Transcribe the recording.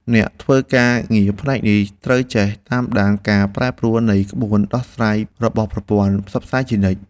អ្នកធ្វើការងារផ្នែកនេះត្រូវចេះតាមដានការប្រែប្រួលនៃក្បួនដោះស្រាយរបស់ប្រព័ន្ធផ្សព្វផ្សាយជានិច្ច។